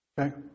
Okay